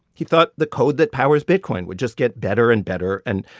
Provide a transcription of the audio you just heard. he thought the code that powers bitcoin would just get better and better and,